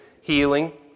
healing